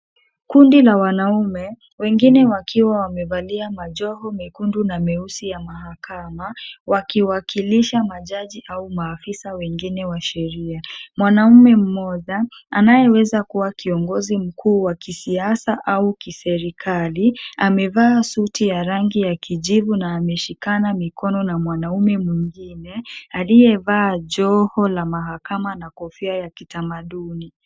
Kundi la wanaume, wengine wakiwa wamevalia majoho mekundu na meusi ya mahakama, wakiwakilisha majaji au maafisa wengine wa sheria. Mwanaume mmoja, anayeweza kuwa kiongozi mkuu wa kisiasa au kiserikali, amevaa suti ya rangi ya kijivu na ameshikana mikono na mwanaume mwingine, aliyevaa joho la mahakama na kofia ya kitamaduni.